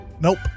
Nope